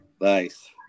nice